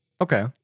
Okay